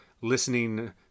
listening